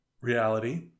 reality